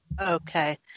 Okay